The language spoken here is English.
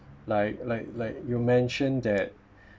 like like like you mentioned that